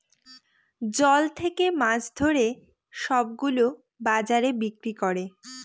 জল থাকে মাছ ধরে সব গুলো বাজারে বিক্রি করে